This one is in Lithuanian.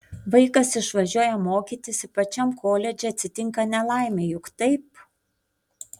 vaikas išvažiuoja mokytis ir pačiam koledže atsitinka nelaimė juk taip